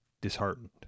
disheartened